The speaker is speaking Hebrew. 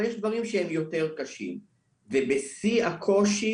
יש דברים שהם יותר קשים ובשיא הקושי